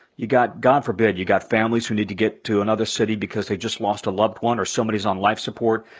you got, god forbid, you got families who need to get to another city, because they just lost a loved one, or somebody's on life support.